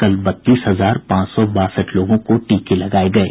कल बत्तीस हजार पांच सौ बासठ लोगों को टीके लगाये गये